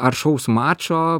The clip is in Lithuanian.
aršaus mačo